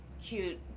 cute